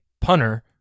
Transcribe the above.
punter